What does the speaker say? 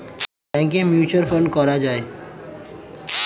ব্যাংকে mutual fund করা যায়